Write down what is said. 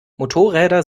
motorräder